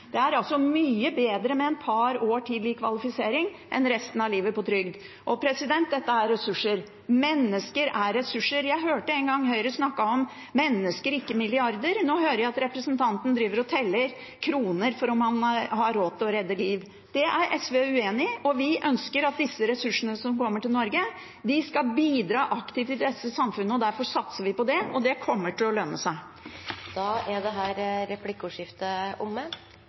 Det er mye bedre med et par år til med kvalifisering enn resten av livet på trygd. Dette er ressurser, mennesker er ressurser. Jeg hørte en gang Høyre snakke om «mennesker, ikke milliarder». Nå hører jeg at representanten driver og teller kroner for å se om han har råd til å redde liv. Det er SV uenig i. Vi ønsker at disse ressursene som kommer til Norge, skal bidra aktivt til samfunnet, og derfor satser vi på det. Det kommer til å lønne seg. Replikkordskiftet er omme. Norge skal være et land der vi tar vare på hverandre. Det